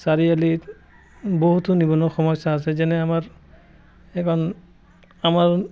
চাৰিআলিত বহুতো নিবনুৱা সমস্যা আছে যেনে আমাৰ এখন আমাৰ